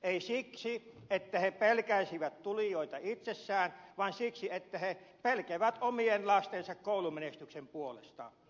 ei siksi että he pelkäisivät tulijoita itsessään vaan siksi että he pelkäävät omien lastensa koulumenestyksen puolesta